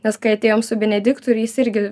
nes kai atėjom su benediktu ir jis irgi